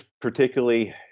particularly